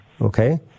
okay